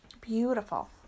Beautiful